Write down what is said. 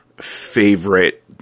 favorite